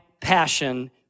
passion